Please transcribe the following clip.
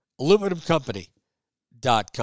Aluminumcompany.com